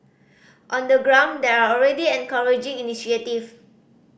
on the ground there are already encouraging initiative